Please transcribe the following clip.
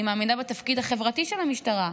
אני מאמינה בתפקיד החברתי של המשטרה,